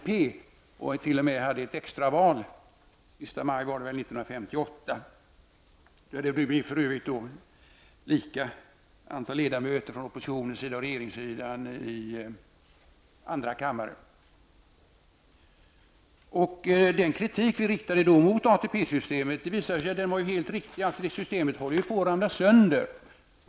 Det skedde t.o.m. ett extra val den sista maj 1958, och vid omröstningen i andra kammaren blev det för övrigt lika antal ledamöter för oppositionen som för regeringens sida. Den kritik vi då riktade mot ATP systemet visade sig vara helt riktig. Systemet håller på att ramla sönder.